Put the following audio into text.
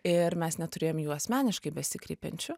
ir mes neturėjom jų asmeniškai besikreipiančių